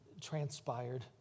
transpired